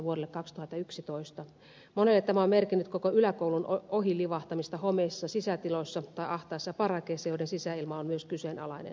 monelle tämä on merkinnyt koko yläkoulun ohi livahtamista homeisissa sisätiloissa tai ahtaissa parakeissa joiden sisäilma on myös kyseenalainen